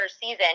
season